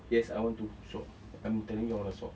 yes I want to swap I'm telling you I want to swap